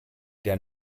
der